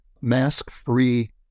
mask-free